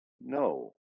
No